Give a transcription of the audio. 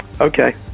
Okay